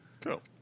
Cool